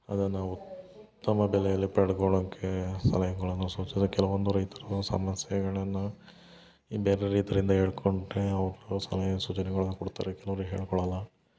ಅದನ್ನ ನಾವು ಉತ್ತಮ ಬೆಲೆಯಲ್ಲಿ ಪಡ್ಕೊಳೊಕೇ ಸಲಹೆಗಳನ್ನು ಸೂಚಿಸುದು ಕೆಲವೊಂದು ರೈತರು ಸಮಸ್ಯೆಗಳನ್ನ ಈ ಬೇರೆ ರೈತಿರಿಂದ ಹೇಳ್ಕೊಂಡರೆ ಅವರು ಸಲಹೆ ಸೂಚನೆಗಳನ್ನ ಕೊಡ್ತಾರೆ ಕೆಲವ್ರು ಹೇಳ್ಕೊಳಲ್ಲ